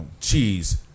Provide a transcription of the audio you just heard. cheese